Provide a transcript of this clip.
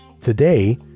today